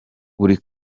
buri